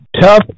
tough